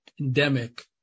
endemic